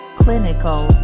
clinical